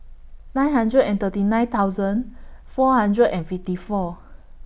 nine hundred and thirty nine thousand four hundred and fifty four